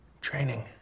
training